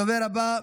הדוברת הבאה,